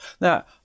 Now